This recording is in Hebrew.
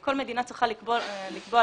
כל מדינה צריכה לקבוע לעצמה